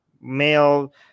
male